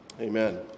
Amen